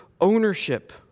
ownership